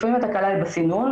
לפעמים התקלה היא בסינון,